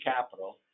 capital